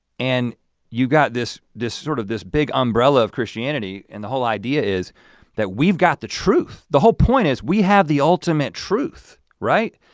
and you got this this sort of this big umbrella of christianity and the whole idea is that we've got the truth. the whole point is we have the ultimate truth, right?